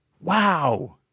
Wow